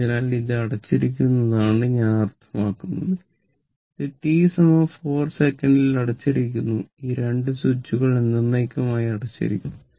അതിനാൽ ഇത് അടച്ചിരിക്കുന്നു എന്നാണ് ഞാൻ അർത്ഥമാക്കുന്നത് ഇത് t 4 സെക്കൻഡിൽ അടച്ചിരിക്കുന്നു ഈ 2 സ്വിച്ചുകൾ എന്നെന്നേക്കുമായി അടച്ചിരിക്കും